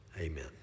Amen